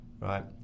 right